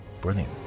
brilliant